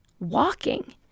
walking